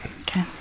Okay